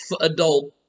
adult